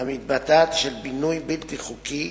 המתבטאות בבינוי בלתי חוקי